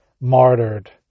martyred